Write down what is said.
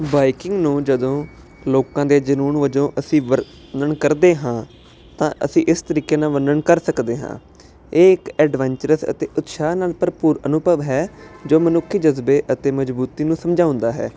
biking ਨੂੰ ਜਦੋਂ ਲੋਕਾਂ ਦੇ ਜਾਨੂੰਨ ਵਜੋਂ ਅਸੀਂ ਵਰਣਨ ਕਰਦੇ ਹਾਂ ਤਾਂ ਅਸੀਂ ਇਸ ਤਰੀਕੇ ਨਾਲ ਵਰਣਨ ਕਰ ਸਕਦੇ ਹਾਂ ਇਹ ਇੱਕ ਐਡਵਾਂਚਰਸ ਅਤੇ ਉਤਸ਼ਾਹ ਨਾਲ ਭਰਪੂਰ ਅਨੁਭਵ ਹੈ ਜੋ ਮਨੁੱਖੀ ਜਜ਼ਬੇ ਅਤੇ ਮਜ਼ਬੂਤੀ ਨੂੰ ਸਮਝਾਉਂਦਾ ਹੈ